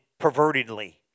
pervertedly